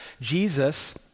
Jesus